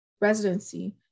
residency